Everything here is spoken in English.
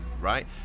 right